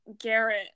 Garrett